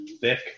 thick